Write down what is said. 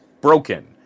broken